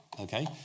okay